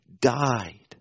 died